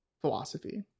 philosophy